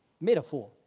metaphor